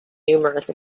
numerous